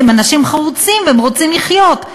כי הם אנשים חרוצים והם רוצים לחיות,